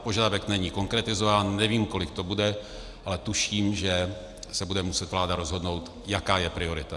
Požadavek není konkretizován, nevím, kolik to bude, ale tuším, že se bude muset vláda rozhodnout, jaká je priorita.